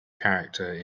character